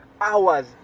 hours